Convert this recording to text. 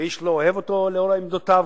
ואיש לא אוהב אותו לאור עמדותיו,